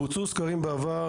בוצעו סקרים בעבר,